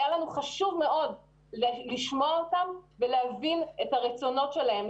היה לנו חשוב מאוד לשמוע אותם ולהבין את הרצונות שלהם,